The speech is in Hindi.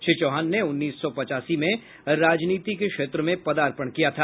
श्री चौहान ने उन्नीस सौ पचासी में राजनीति के क्षेत्र में पर्दापण किया था